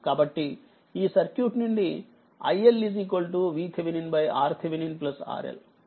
కాబట్టిఈ సర్క్యూట్ నుండి iLVThRThRL